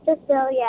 Cecilia